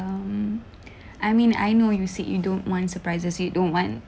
um I mean I know you said you don't want surprises you don't want